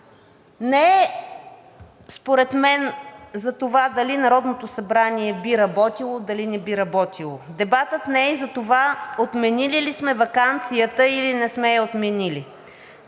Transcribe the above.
дебатът не е за това дали Народното събрание би работило, дали не би работило. Дебатът не е и за това отменили ли сме ваканцията, или не сме я отменили.